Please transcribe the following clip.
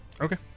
Okay